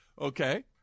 Okay